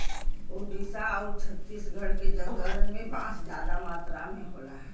ओडिसा आउर छत्तीसगढ़ के जंगलन में बांस जादा मात्रा में होला